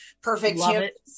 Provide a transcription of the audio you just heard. Perfect